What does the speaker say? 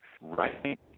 right